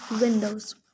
windows